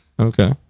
Okay